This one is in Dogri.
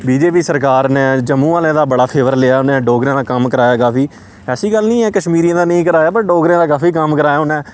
बीजेपी सरकार ने जम्मू आह्लें दा बड़ा फेवर लेआ उ'नें डोगरें दा कम्म कराया काफी ऐसी गल्ल निं ऐ कश्मीरियें दा नेईं कराया पर डोगरें दा काफी कम्म कराया उ'नें